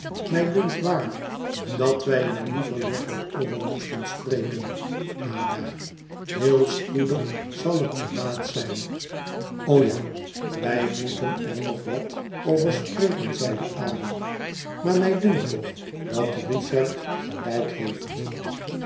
mij dunkt waarlijk dat wij er liever nog wat over moesten spreken ada heel spoedig zal het te laat zijn o ja wij moeten er nog wat over spreken zeide ada maar mij dunkt toch dat richard gelijk heeft